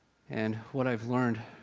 and what i've learned,